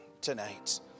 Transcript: tonight